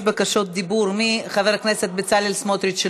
בקשות דיבור של חבר הכנסת בצלאל סמוטריץ,